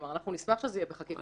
כלומר, אנחנו נשמח שזה יהיה בחקיקה.